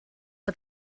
but